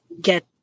get